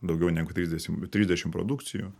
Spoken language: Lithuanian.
daugiau negu trisdešimt trisdešimt produkcijų